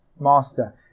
master